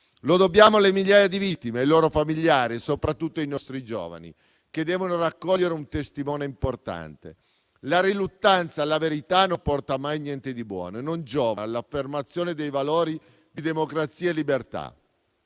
Lo dobbiamo alle migliaia di vittime, ai loro familiari e soprattutto ai nostri giovani, che devono raccogliere un testimone importante. La riluttanza alla verità non porta mai niente di buono e non giova all'affermazione dei valori di democrazia e libertà.